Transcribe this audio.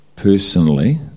Personally